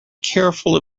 careful